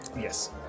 Yes